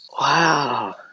Wow